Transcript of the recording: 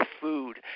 food